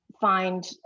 find